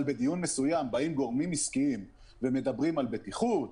אבל בדיון מסוים באים גורמים עסקיים ומדברים על בטיחות,